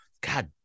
God